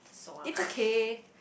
it's okay